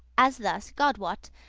as thus, god wot,